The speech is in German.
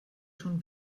schon